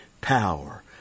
power